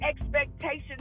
expectations